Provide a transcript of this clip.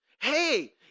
hey